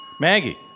Maggie